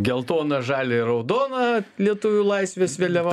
geltona žalia ir raudona lietuvių laisvės vėliavą